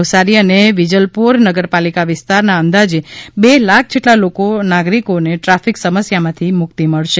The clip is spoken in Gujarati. નવસારી અને વિજલપોર નગરપાલિકા વિસ્તારના અંદાજે બે લાખ જેટલા લોકો નાગરિકોને ટ્રાફિક સમસ્યામાંથી મુકિત મળશે